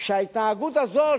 שההתנהגות הזאת,